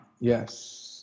Yes